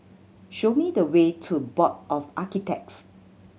show me the way to Board of Architects